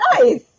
nice